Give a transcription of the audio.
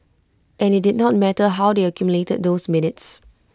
and IT did not matter how they accumulated those minutes